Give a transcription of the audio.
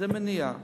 זה מניעה.